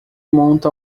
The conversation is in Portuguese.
monta